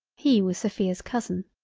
he was sophia's cousin.